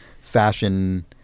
fashion